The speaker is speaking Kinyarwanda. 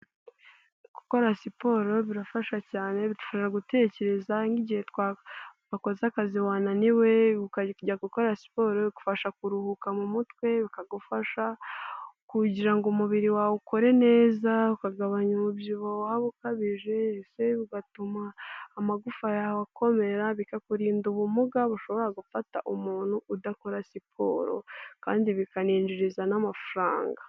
Gukora siporo birafasha cyane, bidufasha gutekereza nk'igihe wakoze akazi wananiwe, gukora siporo bigufasha kuruhuka mu mutwe, bikagufasha kugira ngo umubiri wawe ukore neza, ukagabanya umubyibuho waba ukabije, mbese bigatuma amagufa yawe akomera, bikakurinda ubumuga bushobora gufata umuntu udakora siporo kandi bikaninjiriza n'amafaranga.